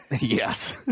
Yes